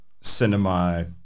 cinema